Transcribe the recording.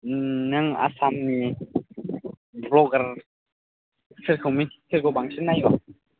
नों आसामनि भ्ल'गार सोरखौ सोरखौ बांसिन नायो